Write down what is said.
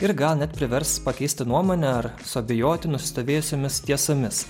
ir gal net privers pakeisti nuomonę ar suabejoti nusistovėjusiomis tiesomis